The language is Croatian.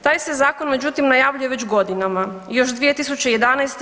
Taj se zakon međutim najavljuje već godinama, još 2011.